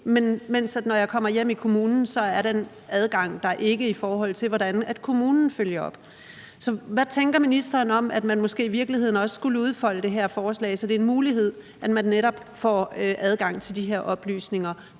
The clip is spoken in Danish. men når jeg kommer tilbage til kommunen, er den adgang til at se, hvordan kommunen følger op, der ikke. Hvad tænker ministeren om, at man måske i virkeligheden også skulle udvide det her forslag, så det blev en mulighed, at man netop også fik adgang til de her oplysninger,